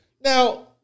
Now